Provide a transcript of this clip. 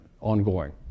ongoing